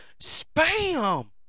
Spam